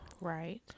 right